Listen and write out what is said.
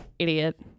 idiot